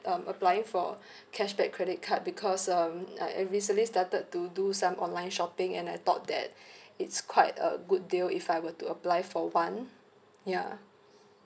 um applying for cashback credit card because um I I recently started to do some online shopping and I thought that it's quite a good deal if I were to apply for one ya